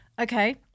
Okay